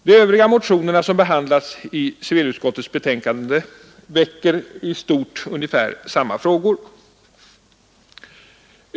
De övriga motionerna som behandlats i civilutskottets betänkande nr 30 väcker i stort ungefär samma frågor.